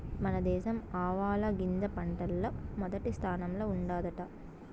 మన దేశం ఆవాలగింజ పంటల్ల మొదటి స్థానంలో ఉండాదట